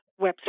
website